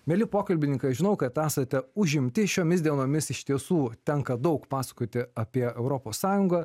mieli pokalbininkai aš žinau kad esate užimti šiomis dienomis iš tiesų tenka daug pasakoti apie europos sąjungą